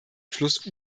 fluss